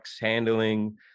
handling